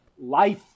life